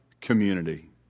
community